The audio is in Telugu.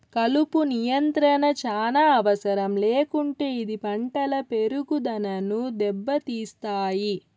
కలుపు నియంత్రణ చానా అవసరం లేకుంటే ఇది పంటల పెరుగుదనను దెబ్బతీస్తాయి